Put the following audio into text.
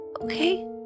Okay